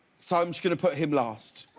so i'm just going to put him last.